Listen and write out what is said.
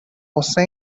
غصه